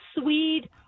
Swede